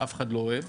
אף אחד לא אוהב